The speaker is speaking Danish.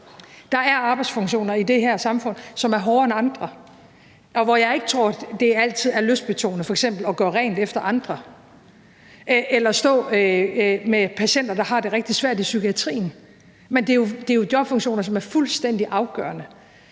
Der er arbejdsfunktioner i det her samfund, som er hårdere end andre, og hvor jeg ikke tror, at det altid er lystbetonet, f.eks. at gøre rent efter andre eller at stå med patienter i psykiatrien, der har det rigtig svært, men det er jo jobfunktioner, som er fuldstændig afgørende.